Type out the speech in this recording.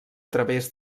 través